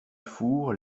four